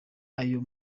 ayo